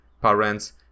parents